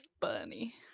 funny